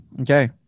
Okay